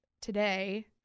today